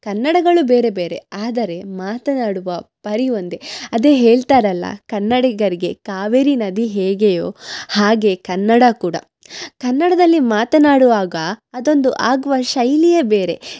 ಕನ್ನಡಗಳು ಬೇರೆ ಬೇರೆ ಆದರೆ ಮಾತನಾಡುವ ಪರಿ ಒಂದೆ ಅದೇ ಹೇಳ್ತಾರಲ್ಲ ಕನ್ನಡಿಗರಿಗೆ ಕಾವೇರಿ ನದಿ ಹೇಗೆಯೋ ಹಾಗೆ ಕನ್ನಡ ಕೂಡ ಕನ್ನಡದಲ್ಲಿ ಮಾತನಾಡುವಾಗ ಅದೊಂದು ಆಗುವ ಶೈಲಿಯೆ ಬೇರೆ